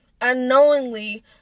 unknowingly